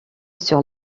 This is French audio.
sur